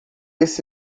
esse